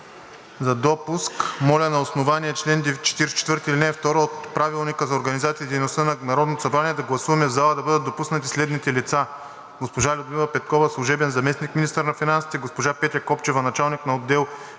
за допуск. Моля на основание чл. 44, ал. 2 от Правилника за организацията и дейността на Народното събрание да гласуваме в залата да бъдат допуснати следните лица: госпожа Людмила Петкова – служебен заместник-министър на финансите, госпожа Петя Копчева – началник на отдел